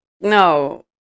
No